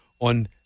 on